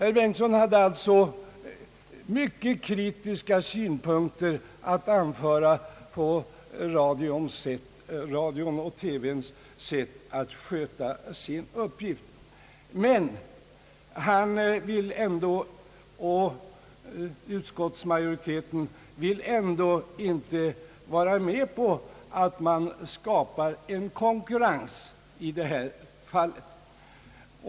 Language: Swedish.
Herr Bengtson hade alltså mycket kritiska synpunkter på radions och TV:s sätt att sköta sin uppgift. Ändå vill han liksom utskottsmajoriteten inte vara med om att skapa konkurrens för detta företag.